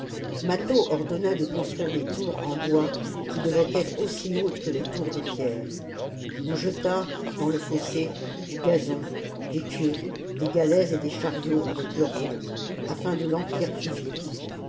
mâtho ordonna de construire des tours en bois qui devaient être aussi hautes que les tours de pierre on jeta dans le fossé du gazon des pieux des galets et des chariots avec leurs roues afin de l'emplir plus vite